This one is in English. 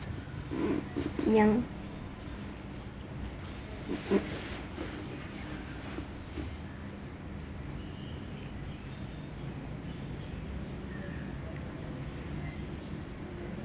yeah